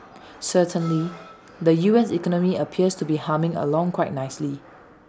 certainly the U S economy appears to be humming along quite nicely